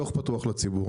הדוח פתוח לציבור,